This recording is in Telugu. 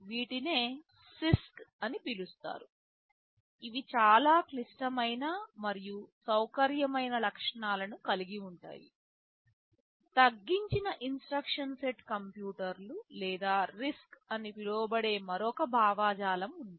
వీటినే CISC అని పిలుస్తారు ఇవి చాలా క్లిష్టమైన మరియు సౌకర్యమైన లక్షణాలను కలిగి ఉంటాయి తగ్గించిన ఇన్స్ట్రక్షన్ సెట్ కంప్యూటర్లు లేదా RISC అని పిలువబడే మరొక భావజాలం ఉంది